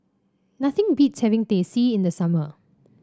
nothing beats having Teh C in the summer